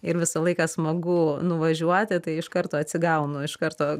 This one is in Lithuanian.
ir visą laiką smagu nuvažiuoti tai iš karto atsigaunu iš karto